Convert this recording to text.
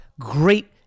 great